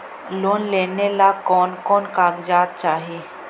Loan लेने ला कोन कोन कागजात चाही?